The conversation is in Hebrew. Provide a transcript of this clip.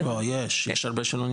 לא, יש, יש הרבה שלא נרשמו.